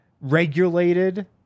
regulated